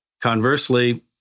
Conversely